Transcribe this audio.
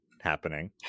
happening